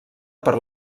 per